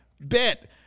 bet